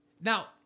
Now